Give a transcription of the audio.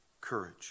courage